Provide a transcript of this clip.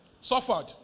suffered